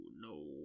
no